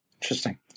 Interesting